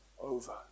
over